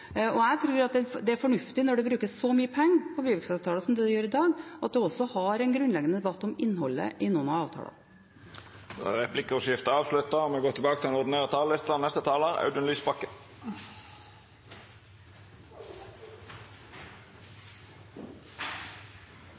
Jeg tror det er fornuftig, når det brukes så mye penger på byvekstavtaler som det gjøres i dag, at en også har en grunnleggende debatt om innholdet i noen av avtalene. Replikkordskiftet er avslutta. Tiden vi lever i, og årene vi skal inn i, preges av to store kriser. Det ene er pandemien og